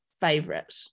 favorite